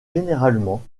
généralement